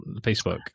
Facebook